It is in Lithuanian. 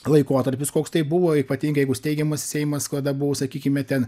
laikotarpis koks tai buvo ypatingai jeigu steigiamasis seimas kada buvo sakykime ten